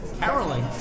Carolyn